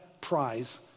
prize